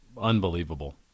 unbelievable